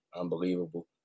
unbelievable